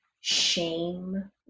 shame